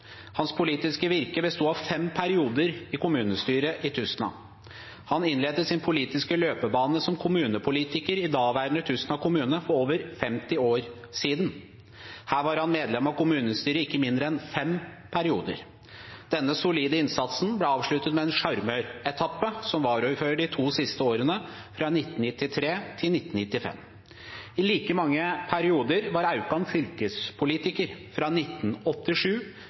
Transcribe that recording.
Hans politiske virke besto av fem perioder i kommunestyret i Tustna. Han innledet sin politiske løpebane som kommunepolitiker i daværende Tustna kommune for over 50 år siden. Her var han medlem av kommunestyret i ikke mindre enn fem perioder. Denne solide innsatsen ble avsluttet med en «sjarmøretappe» som varaordfører de to siste årene, fra 1993 til 1995. I like mange perioder var Aukan fylkespolitiker, fra 1987